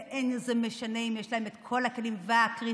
וזה לא משנה אם יש להם את כל הכלים והקריטריונים,